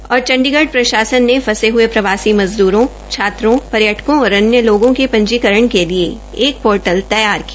चण्डीगढ प्रशासन ने फंसे हुए प्रवासी मजदूरों छात्रों पर्यटकों और अन्य लोगों के पंजीकरण के लिए एक पोर्टल तैयार किया